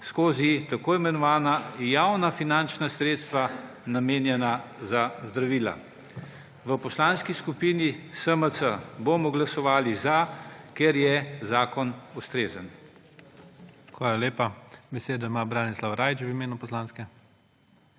skozi t. i. javna finančna sredstva, namenjena za zdravila. V Poslanski skupini SMC bomo glasovali za, ker je zakon ustrezen.